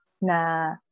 na